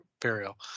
burial